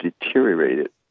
deteriorated